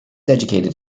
educated